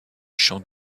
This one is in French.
champ